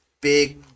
big